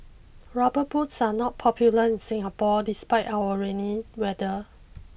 rubber boots are not popular in Singapore despite our rainy weather